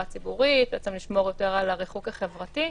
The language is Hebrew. הציבורית ולשמור יותר על הריחוק החברתי.